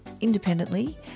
independently